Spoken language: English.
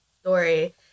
story